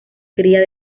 cría